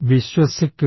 വിശ്വസിക്കുക